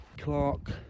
Clark